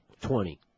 Twenty